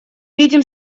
видим